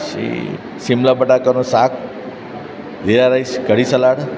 પછી શિમલા બટાકાનું શાક જીરા રાઈસ કઢી સલાડ